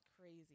Crazy